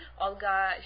Olga